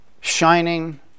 shining